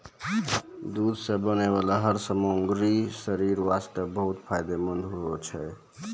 दूध सॅ बनै वाला हर सामग्री शरीर वास्तॅ बहुत फायदेमंंद होय छै